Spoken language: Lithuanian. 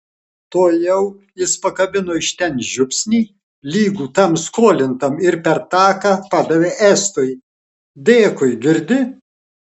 tuojau jis pakabino iš ten žiupsnį lygų tam skolintam ir per taką padavė estui dėkui girdi